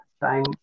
time